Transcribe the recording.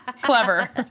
Clever